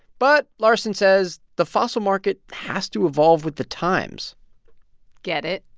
but, larson says, the fossil market has to evolve with the times get it.